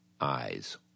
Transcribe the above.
eyes